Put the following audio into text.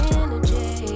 energy